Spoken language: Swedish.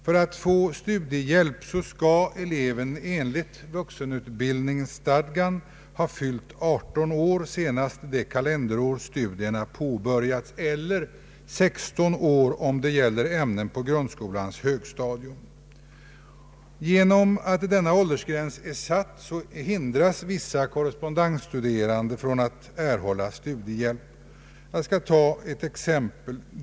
För att få studiehjälp skall eleven enligt vuxenutbildningsstadgan ha fyllt 18 år senast det kalenderår studierna påbörjats, eller 16 år, om det gäller ämnen på grundskolans högstadium. På grund av denna åldersgräns hindras vissa korrespondensstuderande från att erhålla studiehjälp. Jag skall ta ett exempel.